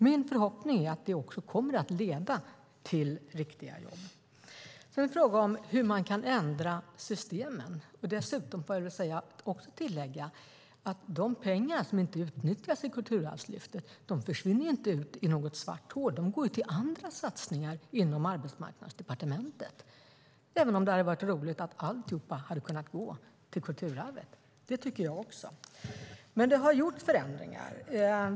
Min förhoppning är att det också kommer att leda till riktiga jobb. Sedan är frågan hur man kan ändra systemen. Jag får tillägga att de pengar som inte utnyttjas i Kulturarvslyftet inte försvinner ut i något svart hål. De går till andra satsningar inom Arbetsmarknadsdepartementet. Men visst hade det varit roligt om alltihop hade kunnat gå till kulturarvet - det tycker jag också. Det har gjorts förändringar.